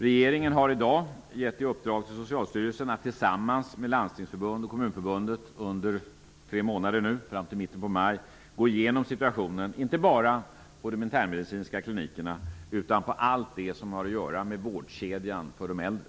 Regeringen har i dag gett i uppdrag till Socialstyrelsen att tillsammans med Landstingsförbundet och Kommunförbundet under tre månader, fram till mitten av maj, gå igenom situationen, inte bara på de internmedicinska klinikerna, utan inom allt som har att göra med vårdkedjan för de äldre.